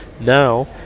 now